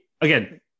Again